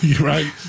right